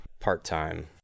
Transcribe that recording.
part-time